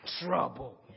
trouble